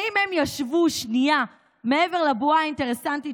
האם הם ישבו שנייה מעבר לבועה האינטרסנטית